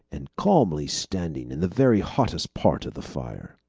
and calmly standing in the very hottest part of the fire.